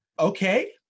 okay